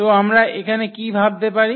তো আমরা এখানে কী ভাবতে পারি